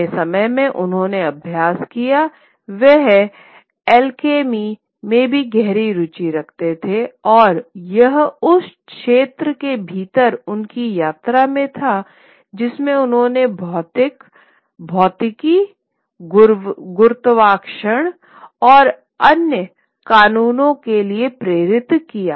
अपने समय में उन्होंने अभ्यास किया वह अल्केमी में भी गहरी रुचि रखते थे और यह उस क्षेत्र के भीतर उनकी यात्रा में था जिसमें उन्हें भौतिकी गुरुत्वाकर्षण और अन्य क़ानूनों के लिए प्रेरित किया